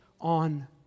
on